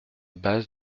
base